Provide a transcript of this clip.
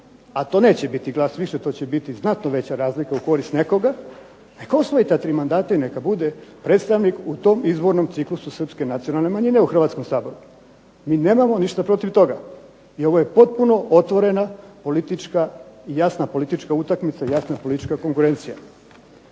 a to neće biti glas više. To će biti znatno veća razlika u korist nekoga neka osvoji ta tri mandata i neka bude predstavnik u tom izbornom ciklusu srpske nacionalne manjine u Hrvatskom saboru. Mi nemamo ništa protiv toga. I ovo je potpuno otvorena politička, jasna politička utakmica, jasna politička konkurencija.